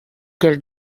qu’elle